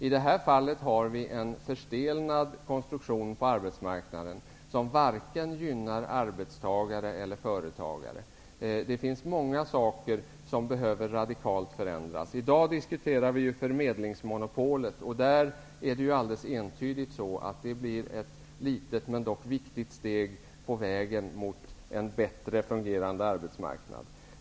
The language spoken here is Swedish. I det här fallet har vi en förstelnad konstruktion på arbetsmarknaden som varken gynnar arbetstagare eller företagare. Det finns många saker som behöver radikalt förändras. I dag diskuterar vi förmedlingsmonopolet. Där är det alldeles uppenbart så att det nu blir ett litet, dock viktigt, steg på vägen mot en bättre fungerande arbetsmarknad.